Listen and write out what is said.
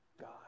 God